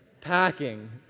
packing